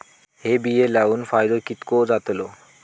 हे बिये लाऊन फायदो कितको जातलो?